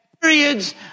periods